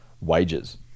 wages